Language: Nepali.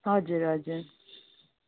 हजुर हजुर